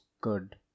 good